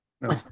No